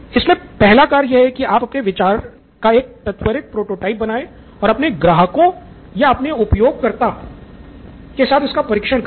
इसमें पहला कार्य यह है कि आप अपने विचार का एक त्वरित प्रोटोटाइप बनाएं और अपने ग्राहकों या अपने उपयोगकर्ताओं के साथ इसका परीक्षण करें